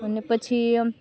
અને પછી